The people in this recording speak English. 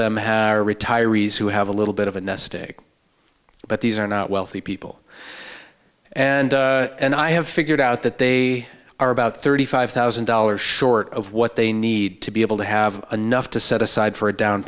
them have their retirees who have a little bit of a nest egg but these are not wealthy people and and i have figured out that they are about thirty five thousand dollars short of what they need to be able to have enough to set aside for a down